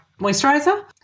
moisturizer